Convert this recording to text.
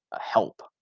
help